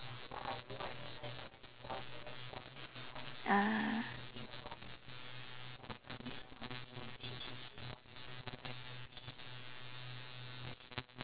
ah